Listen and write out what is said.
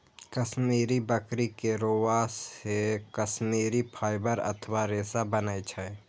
कश्मीरी बकरी के रोआं से कश्मीरी फाइबर अथवा रेशा बनै छै